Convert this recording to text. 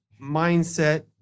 mindset